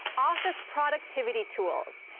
office productivity tools.